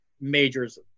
majors